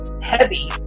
heavy